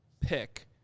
pick